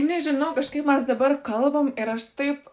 nežinau kažkaip mas dabar kalbam ir aš taip